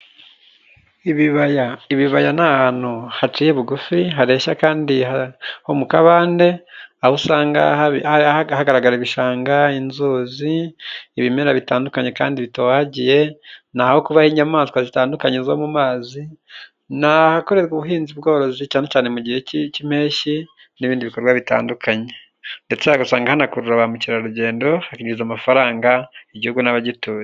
Ibibaya. Ibibaya ni ahantu haciye bugufi, hareshya kandi ho mu kabande, aho usanga hagaragara ibishanga, inzuzi, ibimera bitandukanye kandi bitohagiye, n'aho kuba h'inyamaswa zitandukanye zo mu mazi, ni ahakorerwa ubuhinzi bworozi cyane cyane mu gihe cy'impeshyi, n'ibindi bikorwa bitandukanye. Ndetse ugasanga hanakurura ba mukerarugendo, hakinjiriza amafaranga igihugu n'abagituye.